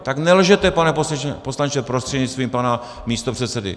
Tak nelžete, pane poslanče prostřednictvím pana místopředsedy!